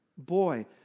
Boy